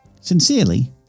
Sincerely